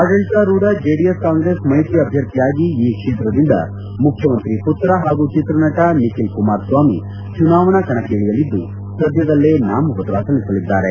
ಆಡಳಿತಾರೂಢ ಜೆಡಿಎಸ್ ಕಾಂಗ್ರೆಸ್ ಮೈತ್ರಿ ಅಭ್ಯರ್ಥಿಯಾಗಿ ಈ ಕ್ಷೇತ್ರದಿಂದ ಮುಖ್ಯಮಂತ್ರಿ ಮಕ್ರ ಹಾಗೂ ಚಿತ್ರನಟ ನಿಖಿಲ್ ಕುಮಾರಸ್ವಾಮಿ ಚುನಾವಣಾ ಕಣಕ್ಕೆ ಇಳಿಯಲಿದ್ದು ಸದ್ದದಲ್ಲೇ ನಾಮಪತ್ರ ಸಲ್ಲಿಸಲಿದ್ದಾರೆ